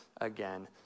again